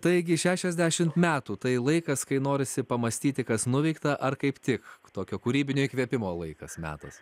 taigi šešiasdešimt metų tai laikas kai norisi pamąstyti kas nuveikta ar kaip tik tokio kūrybinio įkvėpimo laikas metas